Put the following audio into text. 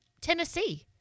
Tennessee